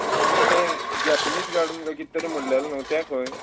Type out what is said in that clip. ना आनी तें जॅपनीज गार्डून कित तरी मोडलेलें न्हू तें खंय